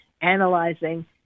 analyzing